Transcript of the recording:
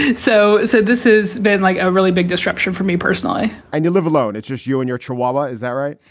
so said this is been like a really big disruption for me personally and you live alone. it's just you and your chihuahua. is that right?